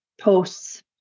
posts